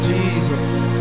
Jesus